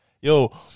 yo